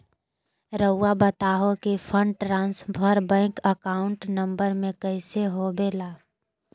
रहुआ बताहो कि fund transfer bank account number में कैसे होबेला?